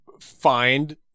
find